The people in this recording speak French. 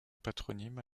patronyme